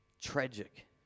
Tragic